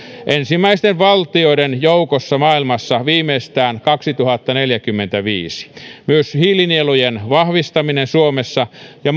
ensimmäisten valtioiden joukossa maailmassa viimeistään kaksituhattaneljäkymmentäviisi myös hiilinielujen vahvistaminen suomessa ja